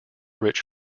rich